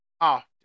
often